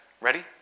Ready